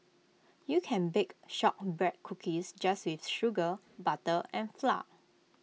you can bake Shortbread Cookies just with sugar butter and flour